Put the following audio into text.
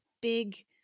big